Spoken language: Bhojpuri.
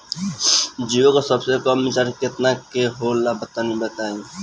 जीओ के सबसे कम रिचार्ज केतना के होला तनि बताई?